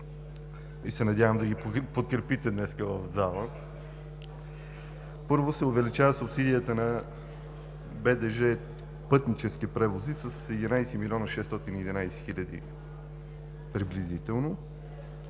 и се надявам да ги подкрепите днес в залата. Първо се увеличава субсидията на БДЖ „Пътнически превози“ с 11 милиона 611 хиляди приблизително.